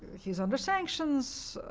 he's under sanctions.